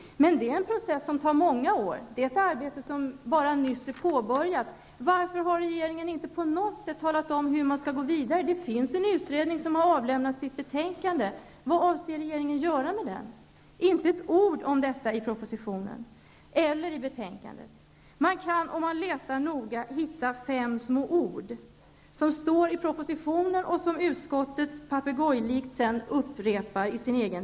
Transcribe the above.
Men det är en process som tar många år. Det är ett arbete som nyss har påbörjats. Varför har regeringen inte på något sätt talat om hur man skall gå vidare? Det finns en utredning som har avlämnat sitt betänkande. Vad avser regeringen att göra med den? Det sägs inte ett ord om detta i propositionen eller i betänkandet. Om man letar noga kan man hitta fem små ord i propositionen som utskottet sedan papegojlikt upprepar i sin text.